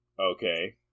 Okay